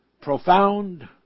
profound